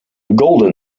golden